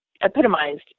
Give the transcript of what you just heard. epitomized